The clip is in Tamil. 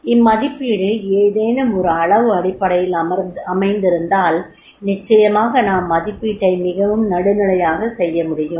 இம்மதிப்பீடு ஏதேனும் ஒரு அளவு அடிப்படையில் அமைந்திருந்தால் நிச்சயமாக நாம் மதிப்பீட்டை மிகவும் நடுநிலையாக செய்ய முடியும்